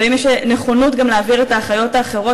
והאם יש נכונות גם להעביר את האחיות האחרות